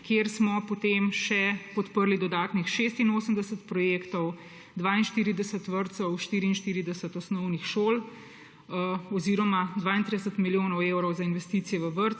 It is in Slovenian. kjer smo potem še podprli dodatnih 86 projektov, 42 vrtcev, 44 osnovnih šol oziroma 32 milijonov evrov za investicije v vrtce,